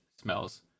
smells